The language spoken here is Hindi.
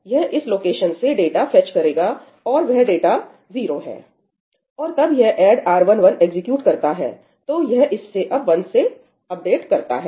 यह इस लोकेशन से डाटा फेच करेगा और वह डाटा 0 हैऔर तब यह ऐड R11 एग्जीक्यूट करता है तो यह इससे अब 1 से अपडेट करता है